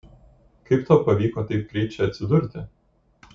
kaip tau pavyko taip greit čia atsidurti